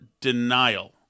denial